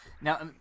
Now